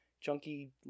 chunky